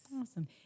Awesome